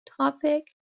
topic